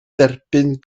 derbyn